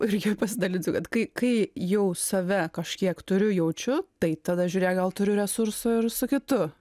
irgi pasidalinsiu kad kai kai jau save kažkiek turiu jaučiu tai tada žiūrėk gal turiu resursų ir su kitu